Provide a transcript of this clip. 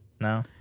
no